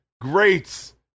Greats